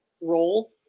role